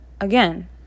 Again